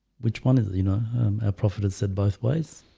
which one is it? you know our prophet had said both ways.